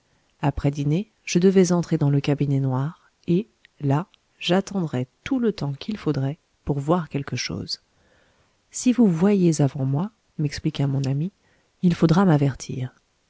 après dîner je devais entrer dans le cabinet noir et là j'attendrais tout le temps qu'il faudrait pour voir quelque chose si vous voyez avant moi m'expliqua mon ami il faudra m'avertir